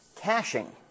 caching